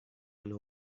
einen